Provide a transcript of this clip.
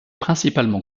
principalement